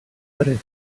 tres